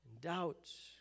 doubts